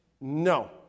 no